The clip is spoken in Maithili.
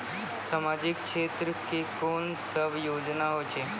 समाजिक क्षेत्र के कोन सब योजना होय छै?